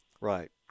Right